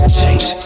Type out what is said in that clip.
change